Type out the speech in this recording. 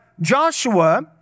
Joshua